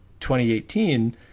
2018